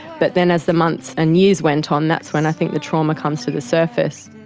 but then as the months and years went on, that's when i think the trauma comes to the surface.